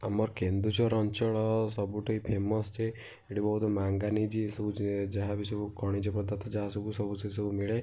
ଆମର କେନ୍ଦୁଝର ଅଞ୍ଚଳ ସବୁଠି ଫେମସ୍ ଯେ ଏଇଠି ବହୁତ ମାଙ୍ଗାନିଜ୍ ଏ ସବୁ ଯେ ଯାହା ବି ସବୁ ଖଣିଜ ପଦାର୍ଥ ଯାହା ସବୁ ସବୁ ସେ ସବୁ ମିଳେ